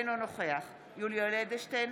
אינו נוכח יולי יואל אדלשטיין,